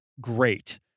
great